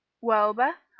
well, beth?